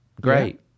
Great